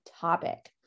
topic